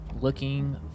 looking